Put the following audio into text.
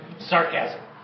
sarcasm